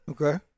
Okay